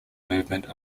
movement